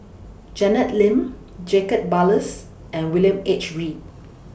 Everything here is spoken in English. Janet Lim Jacob Ballas and William H Read